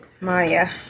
Maya